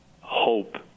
hope